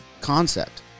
concept